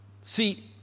See